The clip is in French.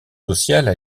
sociales